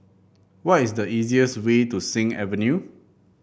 what is the easiest way to Sing Avenue